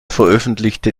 veröffentlichte